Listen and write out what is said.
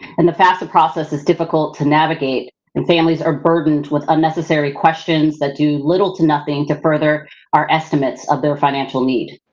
and the fafsa process is difficult to navigate and families are burdened with unnecessary questions that do little to nothing to further our estimates of their financial need.